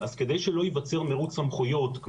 כדי שלא ייווצר מרוץ סמכויות,